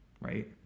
right